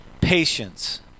patience